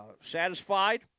satisfied